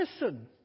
listen